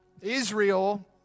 Israel